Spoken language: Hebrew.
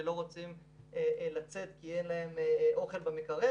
ולא רוצים לצאת כי אין להם אוכל במקרר,